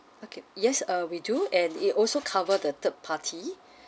okay yes uh we do and it also cover the third party